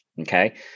Okay